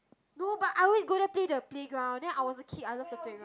no but I always go there play the playground then I was a kid I love the playground